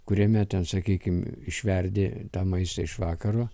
kuriame ten sakykim išverdi tą maistą iš vakaro